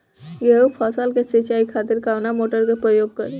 गेहूं फसल के सिंचाई खातिर कवना मोटर के प्रयोग करी?